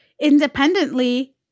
independently